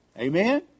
Amen